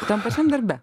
tam pačiam darbe